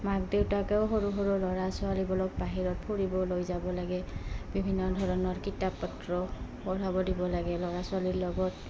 মাক দেউতাকেও সৰু সৰু ল'ৰা ছোৱালীবোৰক বাহিৰত ফুৰিবলৈ যাব লাগে বিভিন্ন ধৰণৰ কিতাপ পত্ৰ পঢ়াব দিব লাগে ল'ৰা ছোৱালীৰ লগত